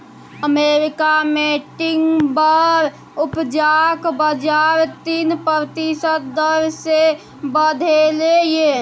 America मे timber उपजाक बजार तीन प्रतिशत दर सँ बढ़लै यै